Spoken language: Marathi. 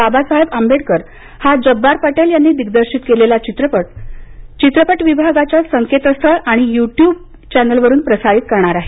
बाबासाहेब आंबेडकर हा जब्बार पटेल यांनी दिग्दर्शित केलेला चित्रपट विभागाच्या संकेतस्थळ आणि युटयूब चॅनलवरून प्रसारित करणार आहे